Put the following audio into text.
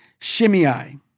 Shimei